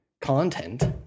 content